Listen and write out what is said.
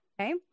Okay